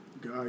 Guy